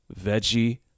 Veggie